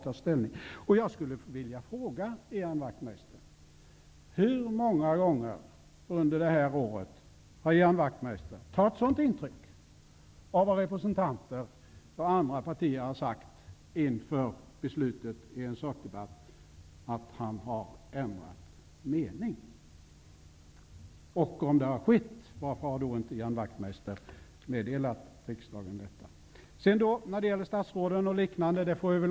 Jag skulle vilja fråga Ian Wachtmeister hur många gånger under det här året han har tagit så stort intryck av vad representanter från andra partier sagt inför beslutet i en sakdebatt, att han har ändrat mening. Om det har skett: Varför har inte Ian Wachtmeister meddelat riksdagen detta? Vi får väl återkomma när det gäller statsråden och andra.